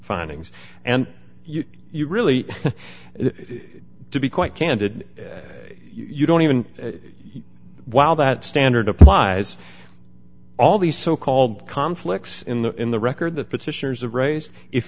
findings and you really to be quite candid you don't even while that standard applies all these so called conflicts in the in the record the petitioners of res if